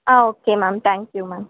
ah okay ma'am thank you ma'am